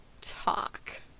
talk